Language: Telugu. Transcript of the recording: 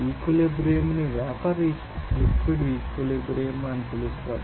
ఈక్విలిబ్రియంన్ని వేపర్ లిక్విడ్ ఈక్విలిబ్రియం అని పిలుస్తారు